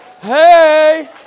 hey